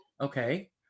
Okay